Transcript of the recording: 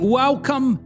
welcome